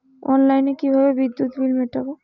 অনলাইনে কিভাবে বিদ্যুৎ বিল মেটাবো?